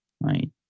right